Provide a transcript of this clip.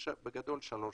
יש שלוש סיבות: